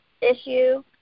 issue